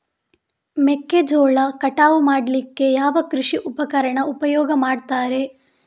ಮೆಕ್ಕೆಜೋಳ ಕಟಾವು ಮಾಡ್ಲಿಕ್ಕೆ ಯಾವ ಕೃಷಿ ಉಪಕರಣ ಉಪಯೋಗ ಮಾಡ್ತಾರೆ?